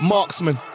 Marksman